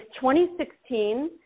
2016